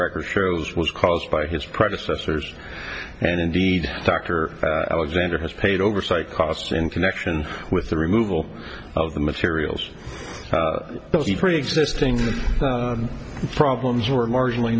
record shows was caused by his predecessors and indeed dr alexander has paid oversight costs in connection with the removal of the materials pre existing problems were marginally